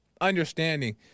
understanding